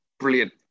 brilliant